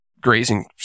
Grazing